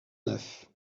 neuf